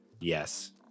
Yes